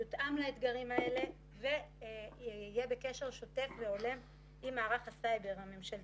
יותאם לאתגרים האלה ויהיה בקשר שוטף עם מערך הסייבר הממשלתי.